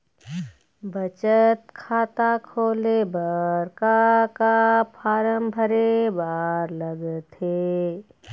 बचत खाता खोले बर का का फॉर्म भरे बार लगथे?